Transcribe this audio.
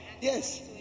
yes